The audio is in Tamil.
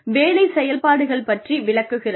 வேலை செயல்பாடுகள் பற்றி விளக்குகிறது